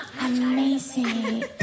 Amazing